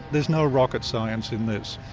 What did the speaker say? there's no rocket science in this.